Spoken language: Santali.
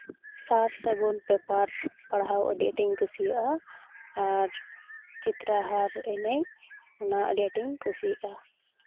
ᱥᱟᱨ ᱥᱟᱹᱜᱩᱱ ᱯᱮᱯᱟᱨ ᱯᱟᱲᱦᱟᱣ ᱟᱹᱰᱤ ᱟᱸᱴᱤᱧ ᱠᱩᱥᱤᱭᱟᱜᱼᱟ ᱟᱨ ᱪᱮᱛᱛᱨᱟᱦᱟᱨ ᱮᱱᱮᱡ ᱚᱱᱟ ᱟᱹᱰᱤ ᱟᱸᱴᱤᱧ ᱠᱩᱥᱤᱭᱟᱜᱼᱟ